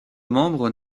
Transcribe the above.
membres